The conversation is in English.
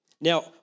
Now